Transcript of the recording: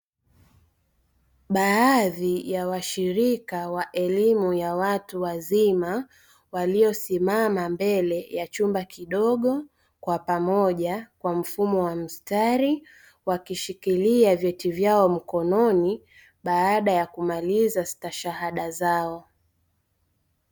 Baadhi ya washirika wa elimu ya watu wazima waliosimama mbele ya chumba kidogo, kwa pamoja kwa mfumo wa mstari, wakishikilia vyeti vyao mkononi baada ya kumaliza stashahada zao.